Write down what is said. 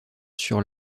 sur